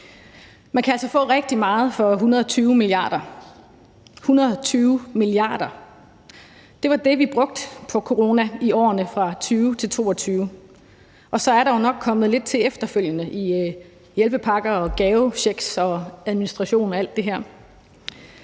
Man kan altså få rigtig meget for 120 mia. kr. 120 mia. kr. var det, vi brugte på corona i årene 2020-2022, og så er der jo nok kommet lidt til efterfølgende i hjælpepakker, gavechecks, administration og alt det her.